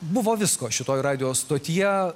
buvo visko šitoj radijo stotyje